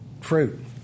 fruit